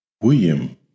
William